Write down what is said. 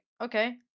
okay